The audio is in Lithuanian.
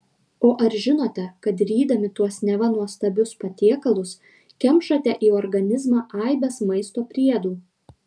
o ar žinote kad rydami tuos neva nuostabius patiekalus kemšate į organizmą aibes maisto priedų